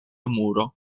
muro